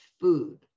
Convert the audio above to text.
food